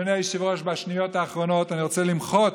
אדוני היושב-ראש, בשניות האחרונות אני רוצה למחות